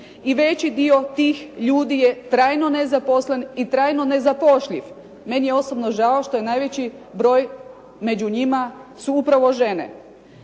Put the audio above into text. i veći dio tih ljudi je trajno nezaposlen i trajno nezapošljiv. Meni je osobno žao što je najveći broj među njima su upravo žene.